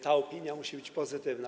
Ta opinia musi być pozytywna.